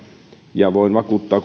ja voin vakuuttaa